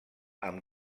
amb